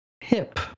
Hip